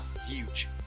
huge